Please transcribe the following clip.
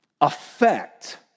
affect